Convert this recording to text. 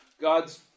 God's